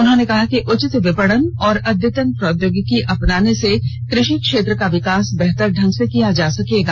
उन्होंने कहा कि उचित विपणन और अद्यतन प्रौद्योगिकी अपनाने से कृषि क्षेत्र का विकास बेहतर ढंग से किया जा सकता है